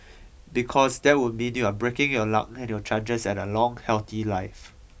because that would mean you're breaking your luck and your chances at a long healthy life